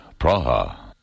Praha